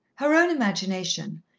her own imagination,